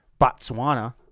Botswana